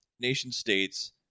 nation-states